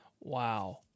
Wow